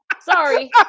Sorry